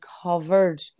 covered